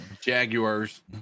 Jaguars